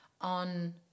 on